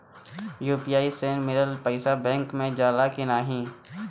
UPI से मिलल पईसा बैंक मे जाला की नाहीं?